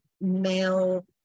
male